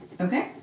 Okay